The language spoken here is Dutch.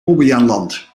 bobbejaanland